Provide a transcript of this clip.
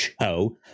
show